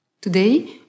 Today